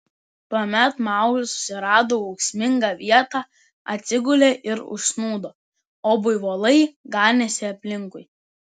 tuomet mauglis susirado ūksmingą vietą atsigulė ir užsnūdo o buivolai ganėsi aplinkui